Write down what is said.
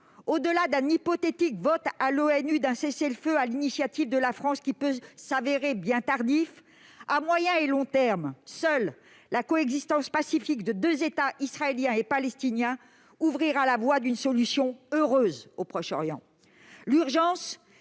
Au-delà d'un hypothétique vote à l'ONU d'un cessez-le-feu sur l'initiative de la France, qui peut s'avérer bien tardif, à moyen et long termes, seule la coexistence pacifique de deux États, israélien et palestinien, ouvrira la voie d'une solution heureuse au Proche-Orient.